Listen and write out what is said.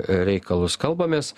reikalus kalbamės